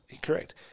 Correct